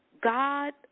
God